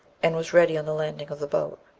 and was ready on the landing of the boat.